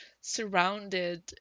surrounded